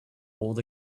old